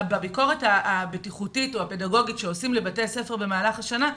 בביקורת הבטיחותית או הפדגוגית שעושים לבתי הספר במהלך השנה.